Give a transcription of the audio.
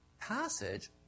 passage